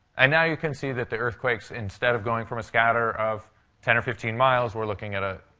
and now you can see that the earthquakes, instead of going from a scatter of ten or fifteen miles, we're looking at a,